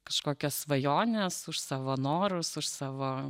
kažkokias svajones už savo norus už savo